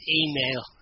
email